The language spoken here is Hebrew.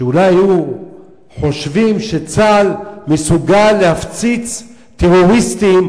שאולי היו חושבים שצה"ל מסוגל להפציץ טרוריסטים,